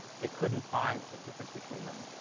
they couldn't find a difference between them.